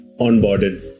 onboarded